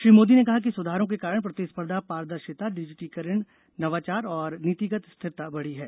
श्री मोदी ने कहा कि सुधारों के कारण प्रतिस्पर्धा पारदर्शिता डिजिटीकरण नवाचार और नीतिगत स्थिरता बढ़ी है